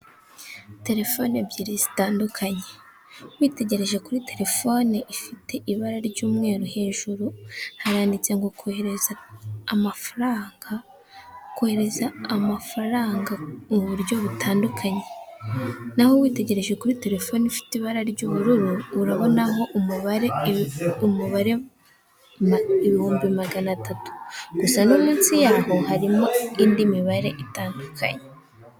Telefoni ebyiri zitandukanye witegereje kuri telefone ifite ibara ry'umweru hejuru haranditse ngo kohereza amafaranga , kohereza amafaranga mu buryo butandukanye naho witegereje kuri telefoni ifite ibara ry'ubururu urabonamo umubare ibihumbi magana atatu gusa no munsi yaho harimo indi mibare itandukanye.